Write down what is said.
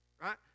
Right